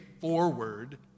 forward